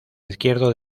izquierdo